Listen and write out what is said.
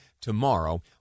Tomorrow